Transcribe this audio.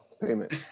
payment